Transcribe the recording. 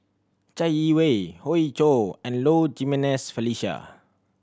Chai Yee Wei Hoey Choo and Low Jimenez Felicia